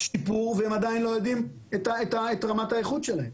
שיפור והם עדיין לא יודעים את רמת האיכות שלהם.